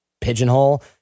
pigeonhole